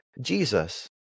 Jesus